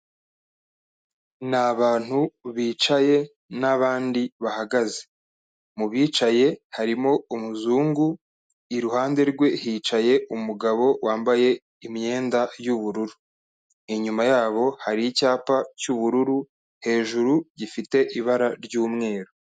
Ni abantu bicaye n'abandi bahagaze mu bicaye harimo umuzungu, iruhande rwe hicaye umugabo wambaye imyenda y'ubururu, inyuma yabo hari icyapa cy'ubururu hejuru gifite ibara ry'umweru.